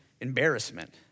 embarrassment